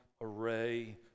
array